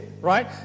right